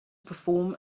perform